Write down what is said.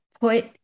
put